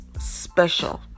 special